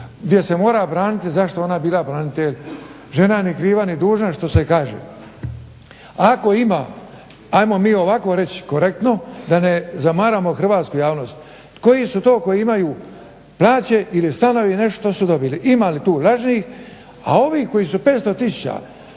gdje se mora braniti što je ona bila branitelj, žena ni kriva ni dužna što se kaže. Ako ima ajmo mi ovako reći korektno da ne zamaramo hrvatsku javnost, koji su to koji imaju plaće ili stanove … što su dobili, ima li tu laži? A ovi koji su 500